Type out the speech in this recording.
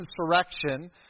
insurrection